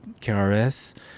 KRS